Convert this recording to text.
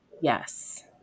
Yes